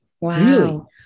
Wow